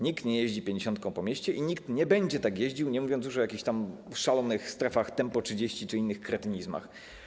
Nikt nie jeździ pięćdziesiątką po mieście i nikt nie będzie tak jeździł, nie mówiąc już o jakichś szalonych strefach tempo 30 czy innych kretynizmach.